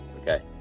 okay